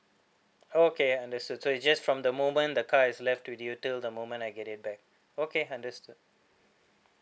okay understood so it just from the moment the car is left to till the moment I get it back okay understood